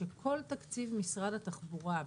שכל תקציב משרד התחבורה,